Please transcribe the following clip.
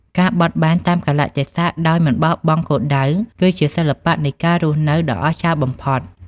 ការបត់បែនតាមកាលៈទេសៈដោយមិនបោះបង់គោលដៅ គឺជាសិល្បៈនៃការរស់នៅដ៏អស្ចារ្យបំផុត។